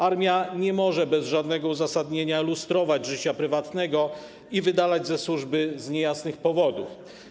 Armia nie może bez żadnego uzasadnienia lustrować życia prywatnego i wydalać ze służby z niejasnych powodów.